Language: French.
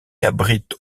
abrite